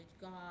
God